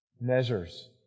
measures